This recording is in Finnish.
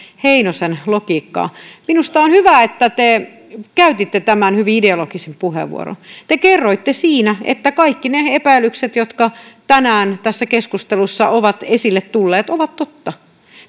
heinosen logiikkaan minusta on hyvä että te käytitte tämän hyvin ideologisen puheenvuoron te kerroitte siinä että kaikki ne ne epäilykset jotka tänään tässä keskustelussa ovat esille tulleet ovat totta